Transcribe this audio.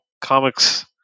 comics